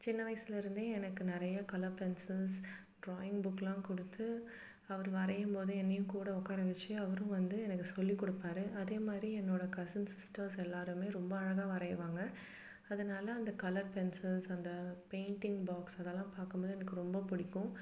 சின்ன வயசிலேருந்தே எனக்கு நிறைய கலர் பென்சில்ஸ் ட்ராயிங் புக்லாம் கொடுத்து அவர் வரையும்போது என்னையும் கூட உக்கார வச்சு அவரும் வந்து எனக்கு சொல்லிக்கொடுப்பாரு அதேமாதிரி என்னோடய கசின் சிஸ்டர்ஸ் எல்லாருமே ரொம்ப அழகாக வரையுவாங்க அதனால் அந்த கலர் பென்சில்ஸ் அந்த பெயிண்ட்டிங் பாக்ஸ் அதெல்லாம் பார்க்கும்போது எனக்கு ரொம்ப பிடிக்கும்